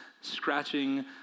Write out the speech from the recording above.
scratching